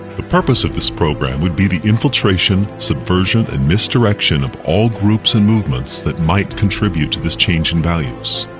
the purpose of this program would be the infiltration, subversion and misdirection of all groups and movements that might contribute to this change in values.